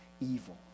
evil